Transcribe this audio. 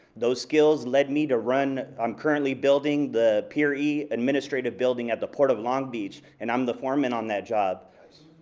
those skills led me to run. i'm currently building the peer e administrative building at the port of long beach and i'm the foreman on that job.